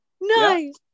Nice